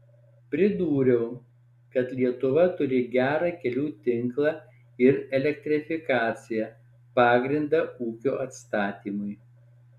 pridūriau kad lietuva turi gerą kelių tinklą ir elektrifikaciją pagrindą ūkio atstatymui